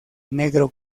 negro